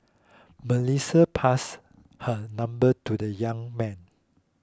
Melissa passed her number to the young man